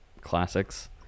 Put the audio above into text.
Classics